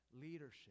leadership